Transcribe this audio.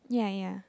ya ya